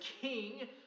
king